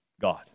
God